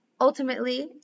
Ultimately